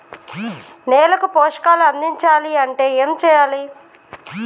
నేలకు పోషకాలు అందించాలి అంటే ఏం చెయ్యాలి?